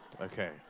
Okay